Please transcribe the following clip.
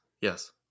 yes